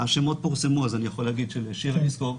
השמות פורסמו אז אני יכול להגיד שירה איסקוב,